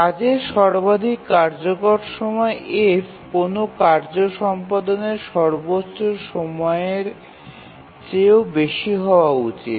কাজের সর্বাধিক কার্যকর সময় f কোনও কার্য সম্পাদনের সর্বোচ্চ সময়ের চেয়েও বেশি হওয়া উচিত